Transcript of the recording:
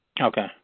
Okay